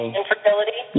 Infertility